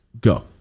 Go